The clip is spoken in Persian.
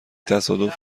تصادف